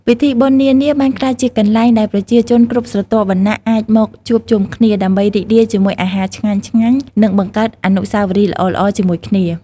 ពិធីបុណ្យនានាបានក្លាយជាកន្លែងដែលប្រជាជនគ្រប់ស្រទាប់វណ្ណៈអាចមកជួបជុំគ្នា ដើម្បីរីករាយជាមួយអាហារឆ្ងាញ់ៗ និងបង្កើតអនុស្សាវរីយ៍ល្អៗជាមួយគ្នា។